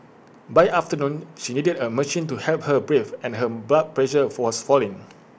by afternoon she needed A machine to help her breathe and her blood pressure was falling